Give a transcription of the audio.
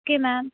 okay ma'am